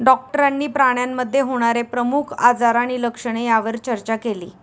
डॉक्टरांनी प्राण्यांमध्ये होणारे प्रमुख आजार आणि लक्षणे यावर चर्चा केली